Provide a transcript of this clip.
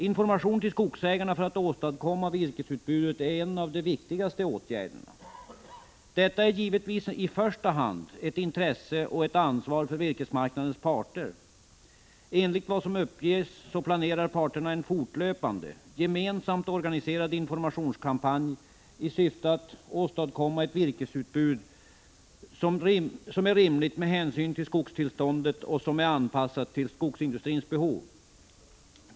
Information till skogsägarna för att åstadkomma ett tillfredsställande virkesutbud är en av de viktigaste åtgärderna. Detta är givetvis i första hand ett intresse och ett ansvar för virkesmarknadens parter. Enligt vad som uppges planerar parterna en fortlöpande, gemensamt organiserad informationskampanj i syfte att åstadkomma ett virkesutbud som är rimligt med hänsyn till skogstillståndet och som är anpassat till skogsindustrins behov.